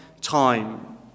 time